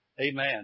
Amen